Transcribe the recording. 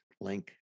link